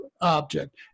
object